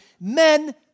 men